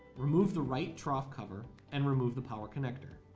remove the right trough cover and remove the power connector